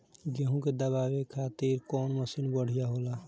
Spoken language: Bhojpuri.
गेहूँ के दवावे खातिर कउन मशीन बढ़िया होला?